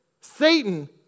Satan